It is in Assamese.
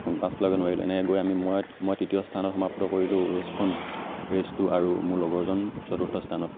পাছ পেলাবগৈ নোৱাৰিলোঁ এনেকৈ গৈ আমি মই মই তৃতীয় স্থানত সমাপ্ত কৰিলোঁ ৰেচখন ৰেচটো আৰু মোৰ লগৰজন চতুৰ্থ স্থানত